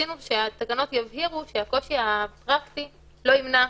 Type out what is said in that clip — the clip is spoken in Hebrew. רצינו שהתקנות יבהירו שהקושי הפרקטי לא ימנע.